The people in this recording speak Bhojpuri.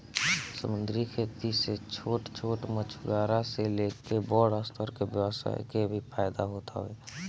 समंदरी खेती से छोट छोट मछुआरा से लेके बड़ स्तर के व्यवसाय के भी फायदा होत हवे